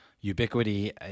ubiquity